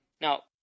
Now